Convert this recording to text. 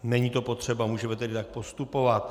Není to potřeba, můžeme tedy tak postupovat.